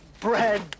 bread